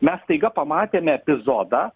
mes staiga pamatėm epizodą